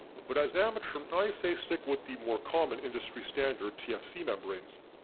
but as an amateur i say stick with the more common industry standard tfc membranes.